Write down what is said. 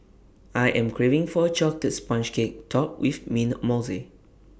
I am craving for A Chocolate Sponge Cake Topped with Mint Mousse